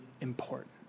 important